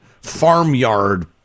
farmyard